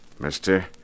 Mister